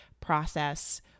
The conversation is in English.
process